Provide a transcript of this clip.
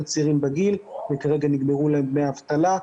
צעירים בגיל וכרגע נגמרו להם דמי האבטלה.